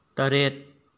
ꯇꯔꯦꯠ